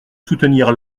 soutenir